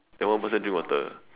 then one person drink water